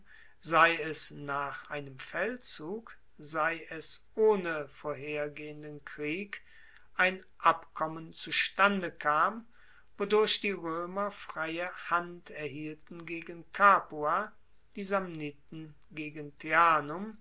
sei es nach einem feldzug sei es ohne vorhergehenden krieg ein abkommen zustande kam wodurch die roemer freie hand erhielten gegen capua die samniten gegen